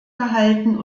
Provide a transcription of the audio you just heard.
gehalten